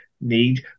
need